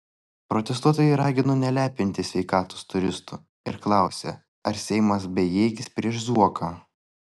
protestuotojai ragino nelepinti sveikatos turistų ir klausė ar seimas bejėgis prieš zuoką